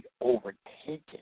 overtaken